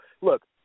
look